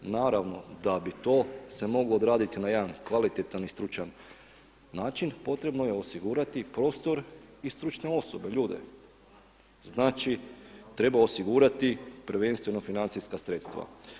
Naravno da bi se to moglo odraditi na jedan kvalitetan i stručan način, potrebno je osigurati prostor i stručne osobe, ljude, znači treba osigurati prvenstveno financijska sredstva.